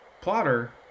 Plotter